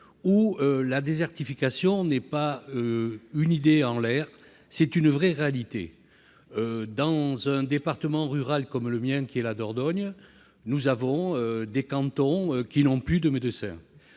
où la désertification n'est pas une idée en l'air, mais une réalité. Dans un département rural comme le mien, la Dordogne, nous avons des cantons qui n'ont plus de médecins.